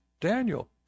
Daniel